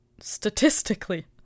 statistically